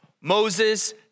Moses